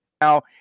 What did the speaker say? now